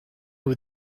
were